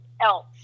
else